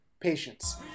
patience